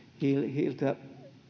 hiiltä